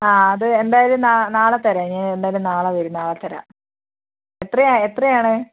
ആ അത് എന്തായാലും നാളെ തരാം ഇനി എന്തായാലും നാളെ വരൂ നാളെ തരാം എത്രയാ എത്രയാണ്